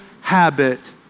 habit